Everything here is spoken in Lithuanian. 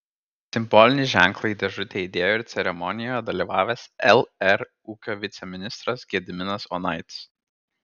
simbolinį ženklą į dėžutę įdėjo ir ceremonijoje dalyvavęs lr ūkio viceministras gediminas onaitis